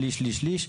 שליש-שליש-שליש,